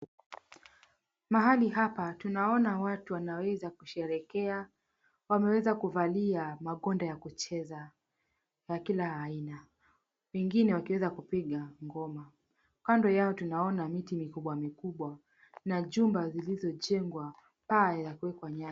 Mahali hapa tunaona watu wanaweza kusherekea. Wameweza kuvalia magonde ya kucheza ya kila aina, wengine wakiweza kupiga ngoma. Kando yao tunaona miti mikubwa mikubwa na jumba zilizojengwa paa la kuekwa.